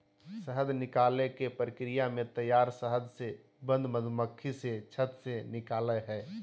शहद निकालने के प्रक्रिया में तैयार शहद से बंद मधुमक्खी से छत्त से निकलैय हइ